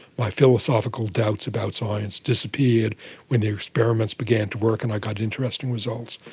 my philosophical doubts about science disappeared when the experiments began to work and i got interesting results.